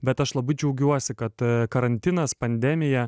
bet aš labai džiaugiuosi kad karantinas pandemija